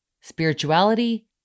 spirituality